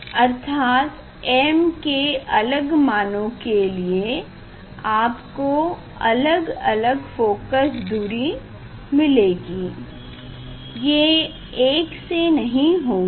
अर्थात m के अलग मानों के लिए आप को अलग अलग फोकस दूरी मिलेगी ये एक से नहीं होंगे